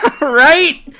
Right